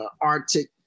arctic